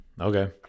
Okay